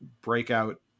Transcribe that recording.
breakout